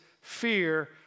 fear